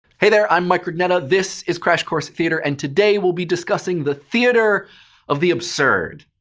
hey there! i'm mike rugnetta, this is crash course theater, and today we'll be discussing the theater of the absurd.